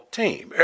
team